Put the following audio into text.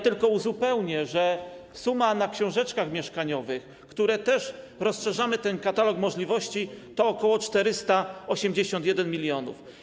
Tylko uzupełnię, że suma na książeczkach mieszkaniowych - też rozszerzamy ten katalog możliwości - to ok. 481 mln.